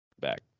back